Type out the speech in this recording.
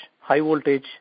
high-voltage